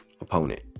opponent